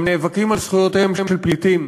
הם נאבקים על זכויותיהם של פליטים,